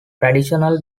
traditional